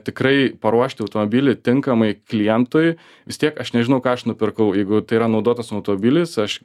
tikrai paruošti automobilį tinkamai klientui vis tiek aš nežinau ką aš nupirkau jeigu tai yra naudotas autobilis aš